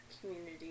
community